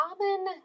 common